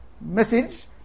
message